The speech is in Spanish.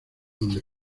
donde